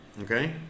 okay